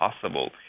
possible